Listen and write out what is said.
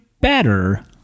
better